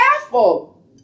careful